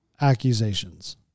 accusations